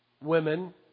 Women